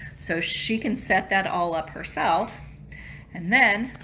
so she can set that all up herself and then